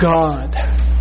God